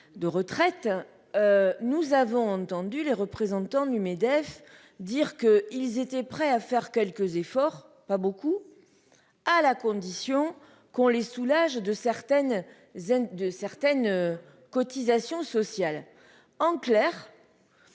de loi, nous avons entendu les représentants du Medef assurer qu'ils étaient prêts à faire quelques efforts- pas beaucoup ! -à condition qu'on les soulage de certaines cotisations sociales. En clair,